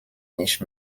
nicht